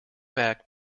back